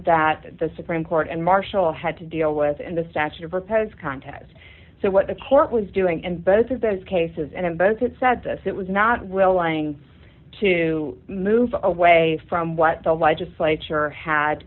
that the supreme court and marshall had to deal with in the statute of repose contest so what the court was doing in both of those cases and in both it said this it was not willing to move away from what the legislature had